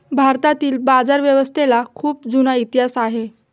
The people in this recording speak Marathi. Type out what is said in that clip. भारतातील बाजारव्यवस्थेला खूप जुना इतिहास आहे